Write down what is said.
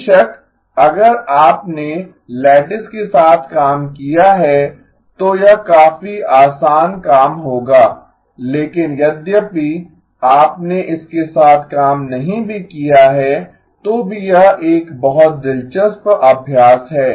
बेशक अगर आपने लैटिस के साथ काम किया है तो यह काफी आसान काम होगा लेकिन यद्यपि आपने इसके साथ काम नहीं भी किया है तो भी यह एक बहुत दिलचस्प अभ्यास है